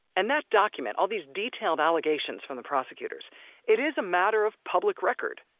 and that document all these detailed allegations from the prosecutors it is a matter of public record,